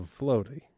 floaty